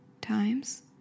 times